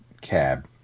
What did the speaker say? Cab